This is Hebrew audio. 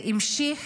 ובהמשך